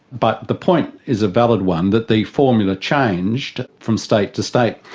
but the point is a valid one, that the formula changed from state to state.